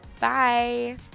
Bye